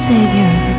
Savior